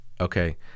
Okay